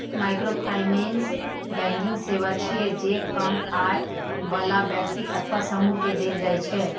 microfinance banking सेवा छियै, जे कम आय बला व्यक्ति अथवा समूह कें देल जाइ छै